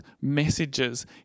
messages